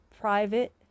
private